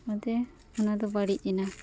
ᱚᱱᱟᱛᱮ ᱚᱱᱟᱫᱚ ᱵᱟᱹᱲᱤᱡ ᱮᱱᱟ